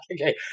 okay